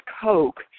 Coke